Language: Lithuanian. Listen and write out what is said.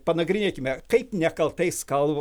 panagrinėkime kaip nekaltais kal